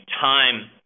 time